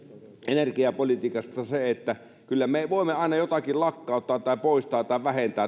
energiapolitiikasta kyllä me voimme aina jotakin lakkauttaa tai poistaa tai vähentää tai